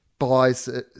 Buys